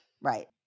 Right